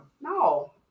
no